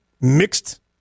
Mixed